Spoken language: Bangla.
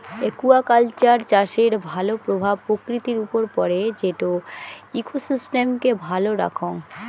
একুয়াকালচার চাষের ভাল প্রভাব প্রকৃতির উপর পড়ে যেটো ইকোসিস্টেমকে ভালো রাখঙ